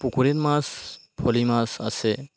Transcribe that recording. পুকুরের মাছ ফলুই মাছ আছে